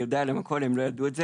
יודע עליהם הכל; הם לא ידעו את זה.